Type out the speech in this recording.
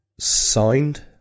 Signed